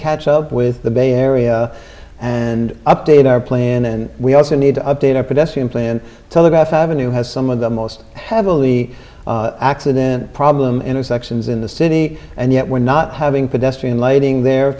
catch up with the bay area and update our plan and we also need to update our pedestrian plan telegraph avenue has some of the most heavily accident problem intersections in the city and yet we're not having pedestrian lighting there